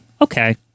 Okay